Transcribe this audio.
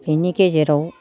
बिनि गेजेराव